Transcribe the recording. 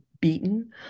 beaten